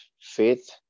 faith